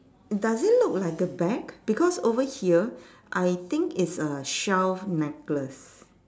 does it look like a bag because over here I think it's a shell necklace